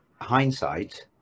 hindsight